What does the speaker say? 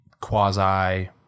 quasi